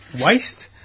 waste